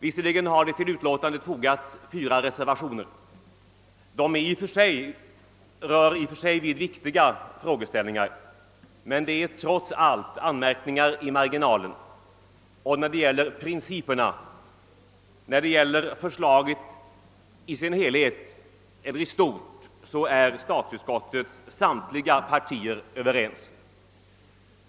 Visserligen har det till utlåtandet fogats fyra reservationer; de rör i och för sig viktiga frågeställningar men är trots allt anmärkningar i marginalen. När det gäller principerna och förslaget i stort är statsutskottets samtliga partier överens.